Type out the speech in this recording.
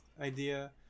idea